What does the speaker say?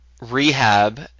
rehab